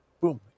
boom